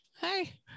hi